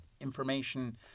information